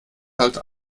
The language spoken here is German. halt